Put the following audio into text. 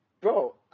bro